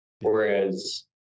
whereas